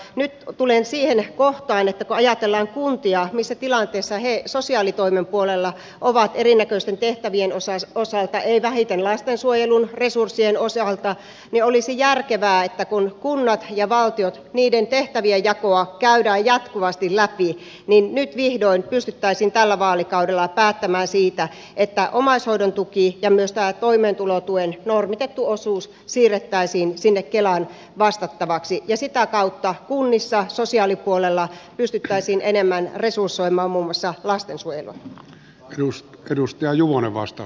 nyt tulen siihen kohtaan että kun ajatellaan kuntia missä tilanteessa ne sosiaalitoimen puolella ovat erinäköisten tehtävien osalta ei vähiten lastensuojelun resurssien osalta niin olisi järkevää että kun kuntien ja valtion tehtävienjakoa käydään jatkuvasti läpi niin nyt vihdoin pystyttäisiin tällä vaalikaudella päättämään siitä että omaishoidon tuki ja myös tämä toimeentulotuen normitettu osuus siirrettäisiin sinne kelan vastattavaksi ja sitä kautta kunnissa sosiaalipuolella pystyttäisiin enemmän resursoimaan muun muassa lastensuojelu rust trust ja juonen lastensuojelua